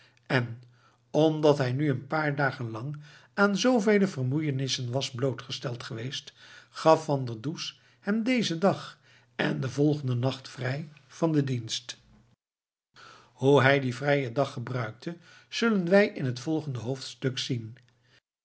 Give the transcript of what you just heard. en omdat hij nu een paar dagen lang aan zoovele vermoeienissen was blootgesteld geweest gaf van der does hem dezen dag en den volgenden nacht vrij van den dienst hoe hij dien vrijen dag gebruikte zullen we in het volgende hoofdstuk zien